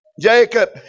Jacob